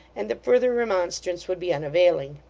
and that further remonstrance would be unavailing.